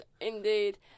indeed